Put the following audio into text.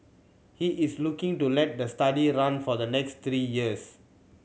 he is looking to let the study run for the next three years